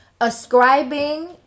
Ascribing